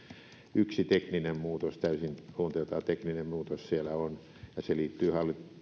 yksi luonteeltaan täysin tekninen muutos siellä on ja se liittyy